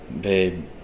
babe